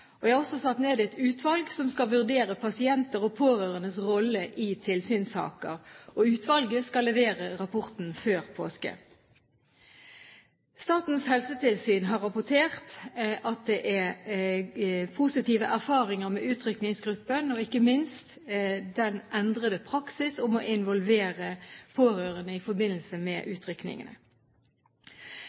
formålene. Jeg har også satt ned et utvalg som skal vurdere pasienters og pårørendes rolle i tilsynssaker. Utvalget skal levere rapporten før påske. Statens helsetilsyn har rapportert at det er positive erfaringer med utrykningsgruppen – ikke minst den endrede praksis med å involvere pårørende i forbindelse med